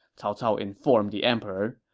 cao cao informed the emperor.